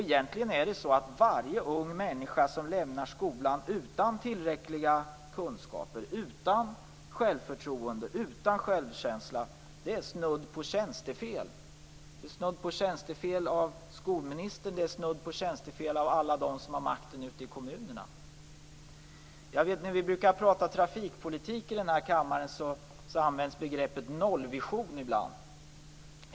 Egentligen är det snudd på tjänstefel varje gång en ung människa lämnar skolan utan tillräckliga kunskaper och utan självförtroende och självkänsla - snudd på tjänstefel av skolministern och av alla dem som har makten ute i kommunerna. När vi i den här kammaren brukar tala om trafikpolitik används ibland begreppet nollvision.